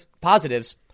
positives